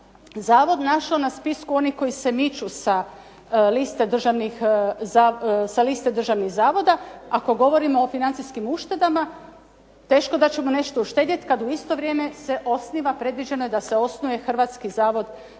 zavod našao na spisku onih koji se miču sa liste državnih zavoda? Ako govorimo o financijskim uštedama teško da ćemo nešto uštedjeti kad u isto vrijeme se osniva, predviđeno je da se osnuje Hrvatski zavod